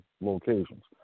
locations